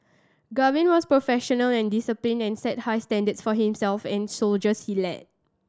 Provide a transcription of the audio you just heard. Gavin was professional and disciplined and set high standard for himself and soldiers he led